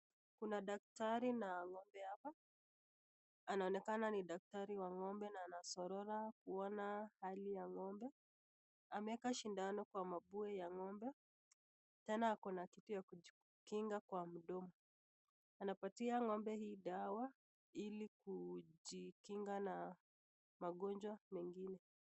Kuna daktari na ng'ombe hapa, anaonekana ni daktari wa ng'ombe na anasorora kuona hali ya ng'ombe, ameweka sindano kwa mapua ya ng'ombe, tena ako na kitu ya kujikinga kwa mdomo. Anapatia ng'ombe hii dawa ili kujikinga na magonjwa mengine.